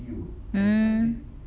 mm